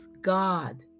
God